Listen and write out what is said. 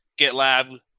GitLab